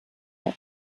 der